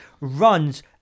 runs